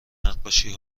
نقاشی